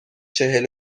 چهل